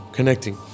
Connecting